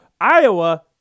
Iowa